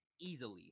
easily